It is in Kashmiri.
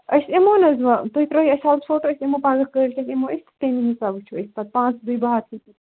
أسۍ یِمو نہٕ حظ ووں تُہۍ ترٛٲیِو اَسہِ حظ فوٹو أسۍ یِمو پَگہہ کٲلکیتھ یِمو أسۍ تَمے حِسابہٕ وُچھِو أسۍ پَتہٕ پانٛژھ دۄہہِ بار